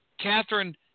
Catherine